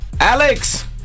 Alex